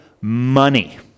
money